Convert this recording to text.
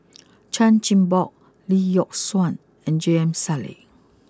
Chan Chin Bock Lee Yock Suan and J M Sali